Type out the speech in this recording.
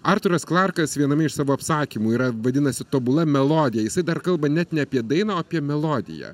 artūras klarkas viename iš savo apsakymų yra vadinasi tobula melodija jisai dar kalba net ne apie dainą o apie melodiją